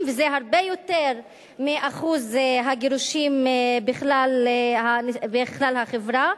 וזה הרבה יותר מאחוז הגירושים בכלל החברה.